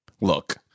Look